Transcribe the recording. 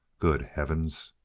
good heavens!